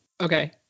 Okay